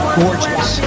gorgeous